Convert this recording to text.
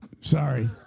sorry